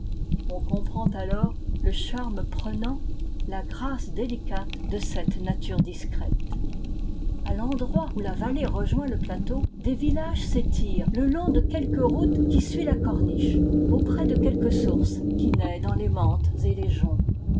on comprend alors le charme prenant la grûce délicate de cette nature discrète a l'endroit où la vallée rejoint le plateau des villages s'étirent le long de quelque route qui suit la corniche auprès de quelque source qui naît dans les menthes et les joncs